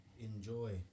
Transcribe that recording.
enjoy